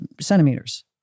centimeters